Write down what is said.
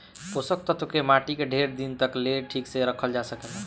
पोषक तत्व के माटी में ढेर दिन तक ले ठीक से रखल जा सकेला